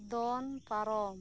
ᱫᱚᱱ ᱯᱟᱨᱚᱢ